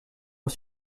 ont